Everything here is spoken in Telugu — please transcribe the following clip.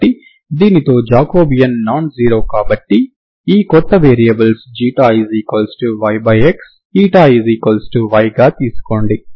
కాబట్టి దీనితో జాకోబియన్ నాన్ జీరో కాబట్టి ఈ కొత్త వేరియబుల్స్ ξyx y గా తీసుకోండి